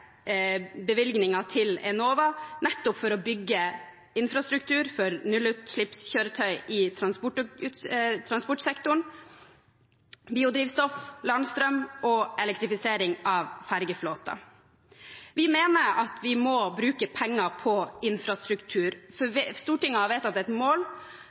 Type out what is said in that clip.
til Enova, nettopp for å bygge infrastruktur for nullutslippskjøretøy i transportsektoren og satse på biodrivstoff, landstrøm og elektrifisering av fergeflåten. Vi mener at vi må bruke penger på infrastruktur, for Stortinget har vedtatt et mål